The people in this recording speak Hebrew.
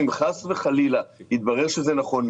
אם חס וחלילה יתברר שזה נכון,